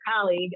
colleague